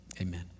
Amen